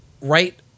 right